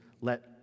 Let